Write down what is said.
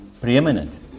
preeminent